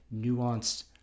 nuanced